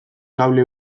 kable